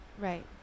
Right